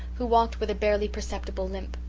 who walked with a barely perceptible limp.